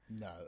no